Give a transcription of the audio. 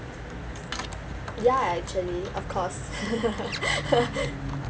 ya actually of course